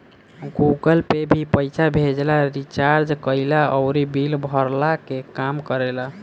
Google Pay भी पईसा भेजला, रिचार्ज कईला अउरी बिल भरला के काम करेला